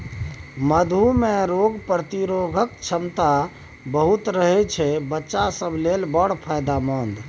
मधु मे रोग प्रतिरोधक क्षमता बहुत रहय छै बच्चा सब लेल बड़ फायदेमंद